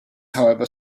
however